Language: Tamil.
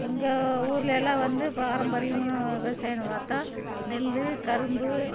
எங்கள் ஊரில் எல்லாம் வந்து பாரம்பரியமுன்னு விவசாயன்னு பார்த்தா நெல் கரும்பு